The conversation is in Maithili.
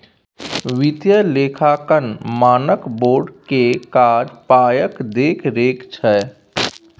वित्तीय लेखांकन मानक बोर्ड केर काज पायक देखरेख छै